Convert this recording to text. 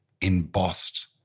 embossed